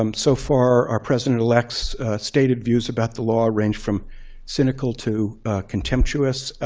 um so far, our president elect's stated views about the law range from cynical to contemptuous.